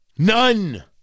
None